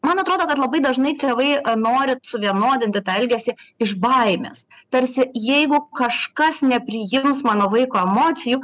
man atrodo kad labai dažnai tėvai nori suvienodinti tą elgesį iš baimės tarsi jeigu kažkas nepriims mano vaiko emocijų